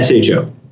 SHO